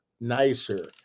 nicer